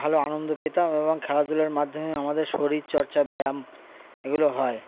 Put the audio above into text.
ভালো আনন্দ পেতাম এবং খেলাধূলার মাধ্যমে আমাদের শরীরচর্চা ব্যায়াম এগুলো হয়